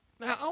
Now